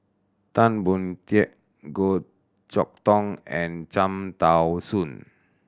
Tan Boon Teik Goh Chok Tong and Cham Tao Soon